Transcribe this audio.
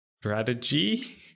strategy